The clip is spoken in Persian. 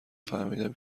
فهمیدم